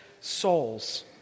souls